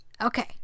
Okay